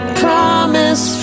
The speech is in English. promise